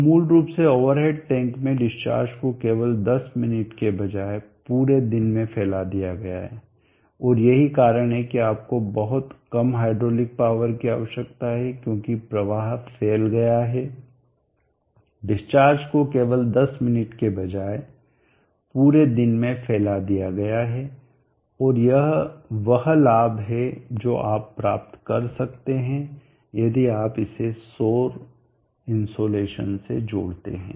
तो मूल रूप से ओवर हेड टैंक में डिस्चार्ज को केवल 10 मिनट के बजाय पूरे दिन में फैला दिया गया है और यही कारण है कि आपको बहुत कम हाइड्रोलिक पॉवर की आवश्यकता है क्योंकि प्रवाह फैल गया है डिस्चार्ज को केवल 10 मिनट के बजाय पूरे दिन में फैला दिया गया है और यह वह लाभ है जो आप प्राप्त कर सकते हैं यदि आप इसे सौर इन्सोलेसन से जोड़ते हैं